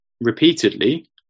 repeatedly